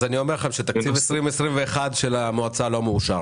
אז אני אומר לכם שתקציב 2021 של המועצה לא מאושר,